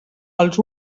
els